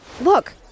Look